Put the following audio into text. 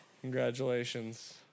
Congratulations